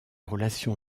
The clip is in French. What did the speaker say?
relations